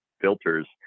filters